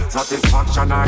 Satisfaction